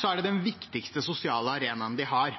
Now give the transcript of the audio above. det den viktigste sosiale arenaen de har.